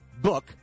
book